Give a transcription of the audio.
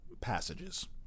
passages